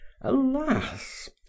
Alas